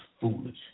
foolish